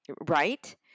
Right